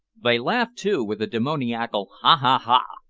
they laugh too, with a demoniacal ha! ha! ha!